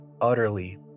utterly